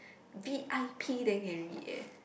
v_i_p then can read eh